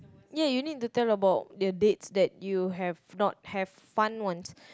ya you need to tell about the dates that you have not have fun once